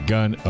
Gun